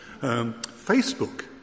Facebook